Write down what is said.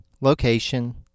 location